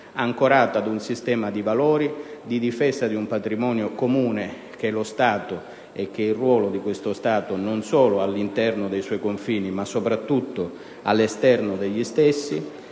ancorata ad un sistema di valori, di difesa di un patrimonio comune, che è lo Stato e che il ruolo di questo Stato non solo all'interno dei suoi confini ma soprattutto all'esterno degli stessi: